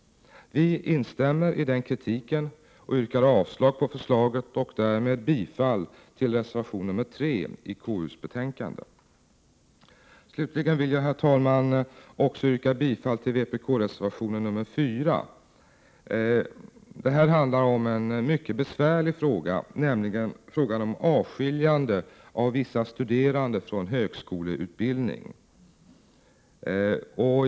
Vi instämmer i den kritiken och yrkar avslag på förslaget och därmed bifall till reservation 3 i KU:s betänkande. Slutligen vill jag, herr talman, också yrka bifall till vpk-reservationen nr 4. Den handlar om en mycket besvärlig fråga, nämligen frågan om avskiljande av vissa studerande från högskoleutbildning.